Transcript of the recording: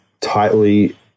tightly